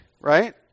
Right